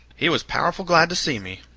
he was powerful glad to see me,